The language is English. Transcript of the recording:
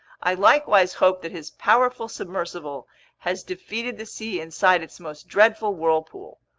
i likewise hope that his powerful submersible has defeated the sea inside its most dreadful whirlpool,